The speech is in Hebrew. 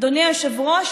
אדוני היושב-ראש,